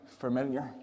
familiar